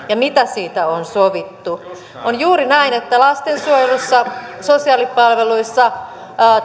ja mitä siitä on sovittu on juuri näin että lastensuojelussa sosiaalipalveluissa